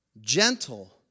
gentle